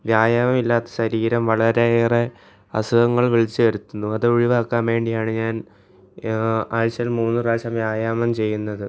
വ്യായാമം ഇല്ലാത്ത ശരീരം വളരെയേറെ അസുഖങ്ങൾ വിളിച്ച് വരുത്തുന്നു അത് ഒഴിവാക്കാൻ വേണ്ടിയാണ് ഞാൻ ആഴ്ചയിൽ മൂന്ന് പ്രാവശ്യം വ്യയാമം ചെയ്യുന്നത്